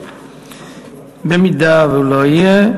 ואם הוא לא יהיה?